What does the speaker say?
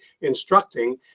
instructing